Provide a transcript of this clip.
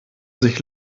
sich